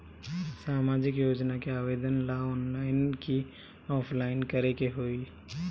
सामाजिक योजना के आवेदन ला ऑनलाइन कि ऑफलाइन करे के होई?